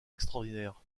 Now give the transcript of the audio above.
extraordinaires